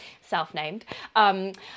self-named